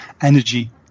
energy